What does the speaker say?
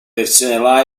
versione